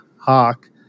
Hawk